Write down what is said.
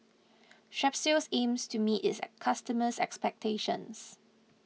Strepsils aims to meet its customers' expectations